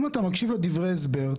אם אתה מקשיב לדברי ההסבר,